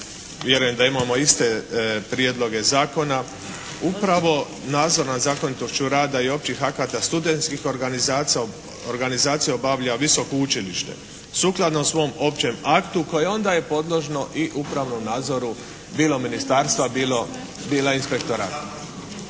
vjerujem da imamo iste prijedloge zakona. Upravo nadzor nad zakonitošću rada i općih akata studentskih organizacija obavlja visoko učilište sukladno svom općem aktu koje onda je podložno i upravnom nadzoru bilo ministarstva, bilo inspektorata.